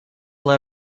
let